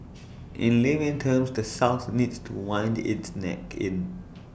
in layman's terms the south needs to wind its neck in